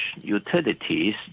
utilities